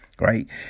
right